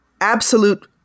absolute